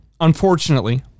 unfortunately